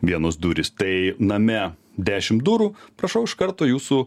vienos durys tai name dešimt durų prašau iš karto jūsų